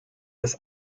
des